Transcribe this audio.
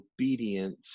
obedience